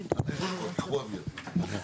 היית באמצע הסבר, אסתי.